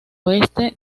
oeste